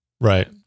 Right